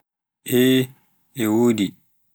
eh e wodi